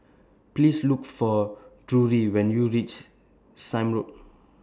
Please Look For Drury when YOU REACH Sime Road